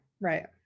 Right